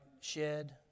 shed